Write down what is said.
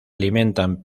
alimentan